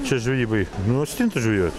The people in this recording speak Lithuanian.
čia žvejybai nu stintų žvejot